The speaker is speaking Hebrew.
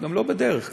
גם לא בדרך כלל,